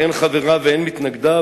הן חבריו והן מתנגדיו,